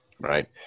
Right